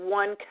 one